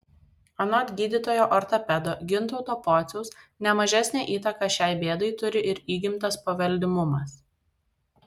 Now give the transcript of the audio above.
anot gydytojo ortopedo gintauto pociaus ne mažesnę įtaką šiai bėdai turi ir įgimtas paveldimumas